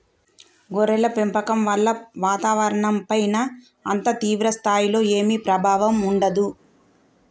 గొర్రెల పెంపకం వల్ల వాతావరణంపైన అంత తీవ్ర స్థాయిలో ఏమీ ప్రభావం ఉండదు